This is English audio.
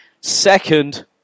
second